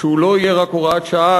שהוא לא יהיה רק הוראת שעה,